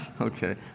Okay